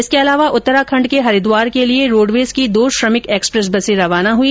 इसके अलावा उत्तराखण्ड के हरिद्वार के लिए रोड़वेज की दो श्रमिक एक्सप्रेस बसे रवाना हुई